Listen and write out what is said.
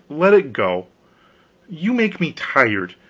let it go you make me tired.